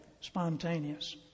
spontaneous